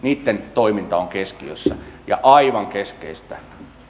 toiminta on keskiössä ja aivan keskeistä on